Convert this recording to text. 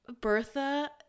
Bertha